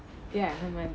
ya herman